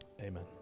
Amen